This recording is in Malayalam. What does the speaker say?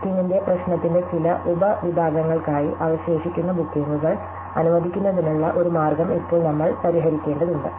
ബുക്കിംഗിന്റെ പ്രശ്നത്തിന്റെ ചില ഉപവിഭാഗങ്ങൾക്കായി അവശേഷിക്കുന്ന ബുക്കിംഗുകൾ അനുവദിക്കുന്നതിനുള്ള ഒരു മാർഗം ഇപ്പോൾ നമ്മൾ പരിഹരിക്കേണ്ടതുണ്ട്